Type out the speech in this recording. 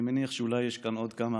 אני מניח שאולי יש כאן עוד כמה